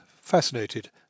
fascinated